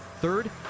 Third